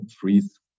freeze